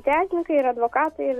teisininkai ir advokatai ir